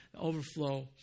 overflow